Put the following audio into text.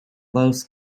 las